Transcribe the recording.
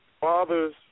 fathers